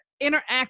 interact